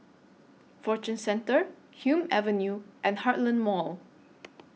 Fortune Centre Hume Avenue and Heartland Mall